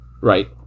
Right